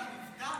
בגלל המבטא?